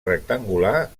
rectangular